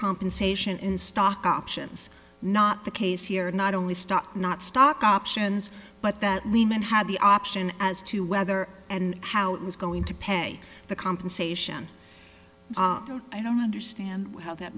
compensation in stock options not the case here not only stock not stock options but that lehman had the option as to whether and how it was going to pay the compensation i don't understand how that